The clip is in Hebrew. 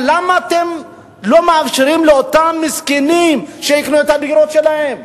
אבל למה אתם לא מאפשרים לאותם מסכנים לקנות את הדירות שלהם?